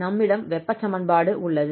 நம்மிடம் வெப்ப சமன்பாடு உள்ளது